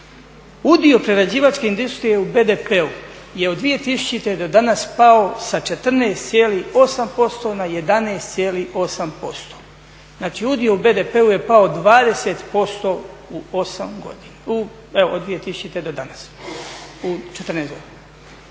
Udio prerađivačke industrije u BDP-u je od 2000. do danas pao sa 14,8% na 11,8%. Znači, udio u BDP-u je pao 20% u osam godina, evo od 2000. do danas, u 14 godina.